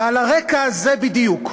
ועל הרקע הזה בדיוק,